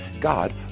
god